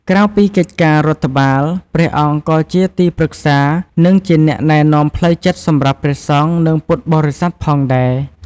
ក្រៅពីកិច្ចការរដ្ឋបាល ព្រះអង្គក៏ជាទីប្រឹក្សា និងជាអ្នកណែនាំផ្លូវចិត្តសម្រាប់ព្រះសង្ឃ និងពុទ្ធបរិស័ទផងដែរ។